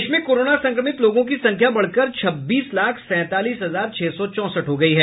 देश में कोरोना संक्रमित लोगों की संख्या बढ़कर छब्बीस लाख सैंतालीस हजार छह सौ चौंसठ हो गई है